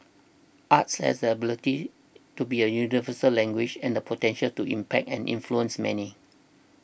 arts has the ability to be a universal language and the potential to impact and influence many